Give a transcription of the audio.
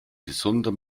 gesunder